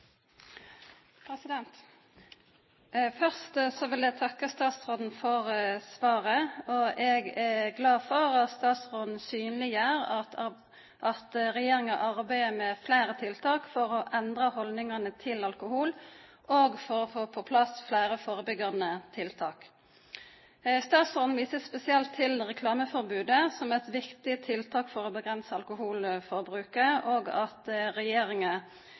glad for at statsråden synleggjer at regjeringa arbeider med fleire tiltak for å endra haldningane til alkohol og for å få på plass fleire førebyggjande tiltak. Statsråden viser spesielt til reklameforbodet som eit viktig tiltak for å redusera alkoholforbruket og til at regjeringa